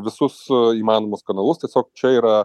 visus įmanomus kanalus tiesiog čia yra